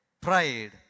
pride